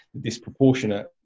disproportionate